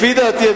לפי דעתי,